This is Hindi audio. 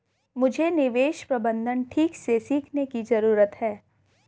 मुझे निवेश प्रबंधन ठीक से सीखने की जरूरत है